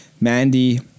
Mandy